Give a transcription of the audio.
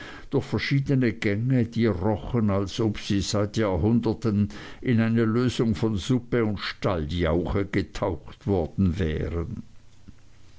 durch verschiedene gänge die rochen als ob sie seit jahrhunderten in eine lösung von suppe und stalljauche getaucht worden wären